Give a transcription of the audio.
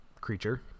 creature